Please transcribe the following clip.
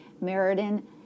Meriden